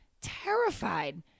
terrified